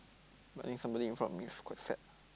I think somebody in front of me is quite sad